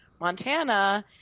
Montana